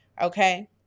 okay